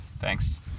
Thanks